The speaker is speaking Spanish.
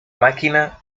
máquina